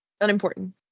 unimportant